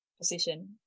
position